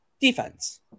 defense